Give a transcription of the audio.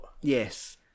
Yes